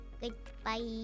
Goodbye